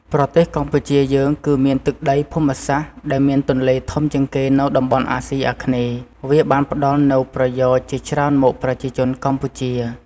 ប្រទេសកម្ពុជាយើងគឺមានទឹកដីភូមិសាស្រ្ត ដែលមានទន្លេធំជាងគេនៅតំបន់អាស៊ីអាគ្នេយ៍ វាបានផ្តល់នូវប្រយោជន៍ជាច្រើនមកប្រជាជនកម្ពុជា។